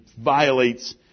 violates